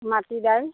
মাটি দাইল